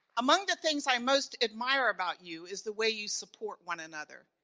among the things i most admire about you is the way you support one another.